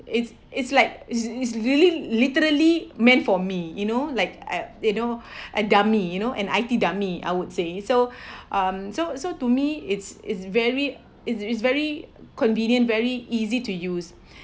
it's it's like it's is really literally meant for me you know like at you know a dummy you know an I_T dummy I would say so um so so to me it's it's very it's very convenient very easy to use